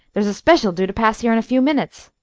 there's a special due to pass here in a few minutes.